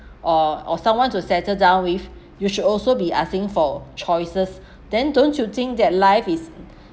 or or someone to settle down with you should also be asking for choices then don't you think that life is